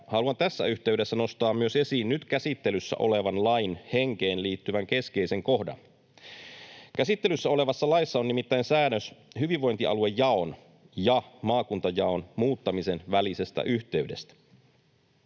haluan tässä yhteydessä nostaa esiin myös nyt käsittelyssä olevan lain henkeen liittyvän keskeisen kohdan. Käsittelyssä olevassa laissa on nimittäin säännös hyvinvointialuejaon ja maakuntajaon muuttamisen välisestä yhteydestä.